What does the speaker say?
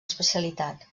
especialitat